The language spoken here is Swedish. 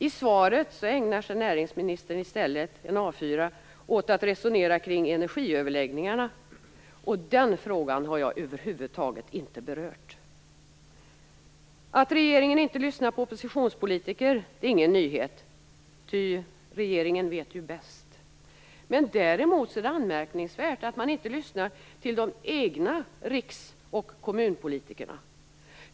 I svaret ägnar näringsministern i stället en A 4-sida åt att resonera kring energiöverläggningarna. Den frågan har jag över huvud taget inte berört. Att regeringen inte lyssnar på oppositionspolitiker är ingen nyhet - ty regeringen vet ju bäst. Däremot är det anmärkningsvärt att man inte lyssnar till de egna riks och kommunpolitikerna.